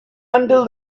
until